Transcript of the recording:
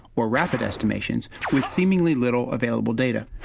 or rapid estimations, with seemingly little available data.